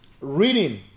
reading